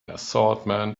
assortment